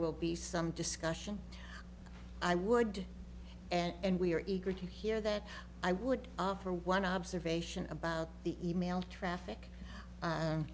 will be some discussion i would and we are eager to hear that i would offer one observation about the e mail traffic